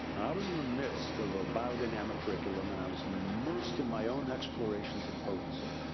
was in the midst of a biodynamic curriculum, and i was immersed in my own explorations of potency.